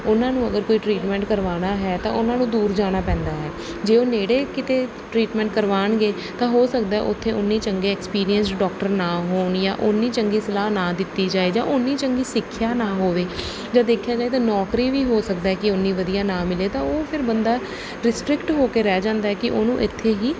ਉਹਨਾਂ ਨੂੰ ਅਗਰ ਕੋਈ ਟਰੀਟਮੈਂਟ ਕਰਵਾਉਣਾ ਹੈ ਤਾਂ ਉਹਨਾਂ ਨੂੰ ਦੂਰ ਜਾਣਾ ਪੈਂਦਾ ਹੈ ਜੇ ਉਹ ਨੇੜੇ ਕਿਤੇ ਟਰੀਟਮੈਂਟ ਕਰਵਾਉਣਗੇ ਤਾਂ ਹੋ ਸਕਦਾ ਉੱਥੇ ਓਨੇ ਚੰਗੇ ਐਕਸਪੀਰੀਅੰਸ ਡਾਕਟਰ ਨਾ ਹੋਣ ਜਾਂ ਓਨੀ ਚੰਗੀ ਸਲਾਹ ਨਾ ਦਿੱਤੀ ਜਾਵੇ ਜਾਂ ਓਨੀ ਚੰਗੀ ਸਿੱਖਿਆ ਨਾ ਹੋਵੇ ਜੇ ਦੇਖਿਆ ਜਾਵੇ ਤਾਂ ਨੌਕਰੀ ਵੀ ਹੋ ਸਕਦਾ ਕਿ ਓਨੀ ਵਧੀਆ ਨਾ ਮਿਲੇ ਤਾਂ ਉਹ ਫਿਰ ਬੰਦਾ ਰਿਸਟਰਿਕਟ ਹੋ ਕੇ ਰਹਿ ਜਾਂਦਾ ਕਿ ਉਹਨੂੰ ਇੱਥੇ ਹੀ